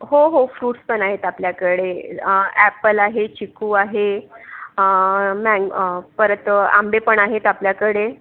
हो हो फ्रुटस पण आहेत आपल्याकडे ॲपल आहे चिकू आहे मँग परत आंबे पण आहेत आपल्याकडे